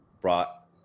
brought